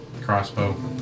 crossbow